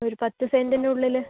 ഒരു പത്തു സെൻറിനുള്ളില്